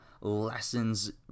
lessons